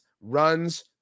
runs